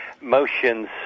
motions